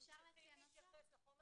אפשר יהיה להתייחס לחומר